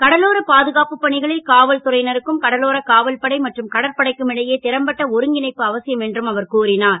கடலோர பாதுகாப்புப் பணிகளில் காவல்துறை னருக்கும் கடலோரக் காவல்படை மற்றும் கடற்படைக்கும் இடையே றம்பட்ட ஒருங்கிணைப்பு அவசியம் என்றும் அவர் கூறினார்